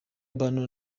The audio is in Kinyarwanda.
bano